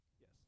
Yes